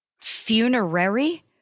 Funerary